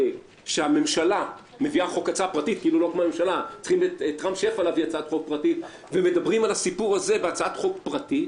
שהממשלה מביאה הצעת חוק פרטית הצעה פרטית,